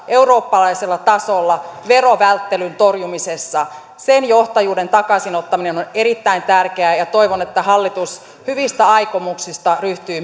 eurooppalaisella tasolla verovälttelyn torjumisessa sen johtajuuden takaisinottaminen on on erittäin tärkeää ja ja toivon että hallitus hyvistä aikomuksista ryhtyy